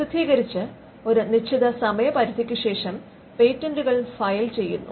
പ്രസിദ്ധീകരിച്ച് ഒരു നിശ്ചിത സമയപരിധിക്കുശേഷം പേറ്റന്റുകൾ ഫയൽ ചെയ്യുന്നു